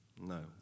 No